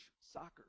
soccer